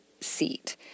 seat